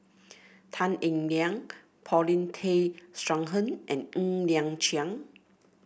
Tan Eng Liang Paulin Tay Straughan and Ng Liang Chiang